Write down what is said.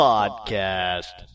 Podcast